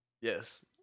Yes